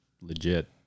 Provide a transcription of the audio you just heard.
legit